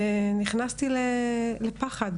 ונכנסתי לפחד